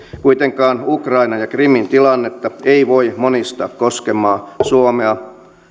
kuitenkaan ukrainan ja krimin tilannetta ei voi monistaa koskemaan suomea